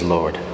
Lord